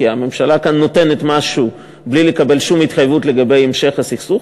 כי הממשלה כאן נותנת משהו בלי לקבל שום התחייבות לגבי המשך הסכסוך.